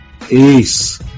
Peace